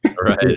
Right